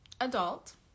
adult